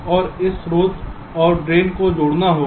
और इस स्रोत और ड्रेन को जोड़ना होगा